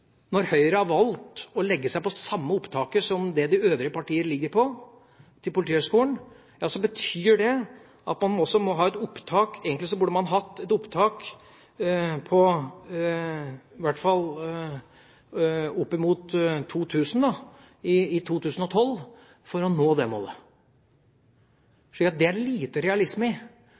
Når Høyre har valgt å legge seg på det samme opptaket til Politihøgskolen som det de øvrige partier har, betyr det at man egentlig burde hatt et opptak på i hvert fall opp mot 2 000 i 2012 for å nå det målet. Det er det lite realisme i. For et parti, og for en representant som André Oktay Dahl, som ofte går høyt ut på banen i